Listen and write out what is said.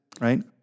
Right